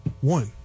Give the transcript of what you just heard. one